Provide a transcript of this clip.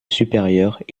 supérieure